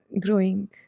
growing